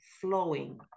flowing